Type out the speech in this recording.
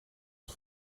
het